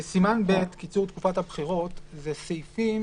אלה סעיפים